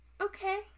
Okay